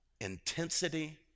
intensity